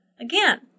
Again